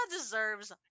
deserves